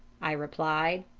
i replied.